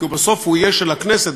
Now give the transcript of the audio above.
כי בסוף הוא יהיה של הכנסת,